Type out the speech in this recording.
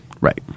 Right